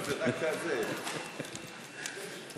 הצעת החוק השר לביטחון פנים, חבר הכנסת גלעד ארדן.